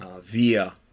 via